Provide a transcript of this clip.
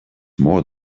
more